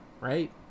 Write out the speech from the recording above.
right